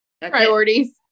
Priorities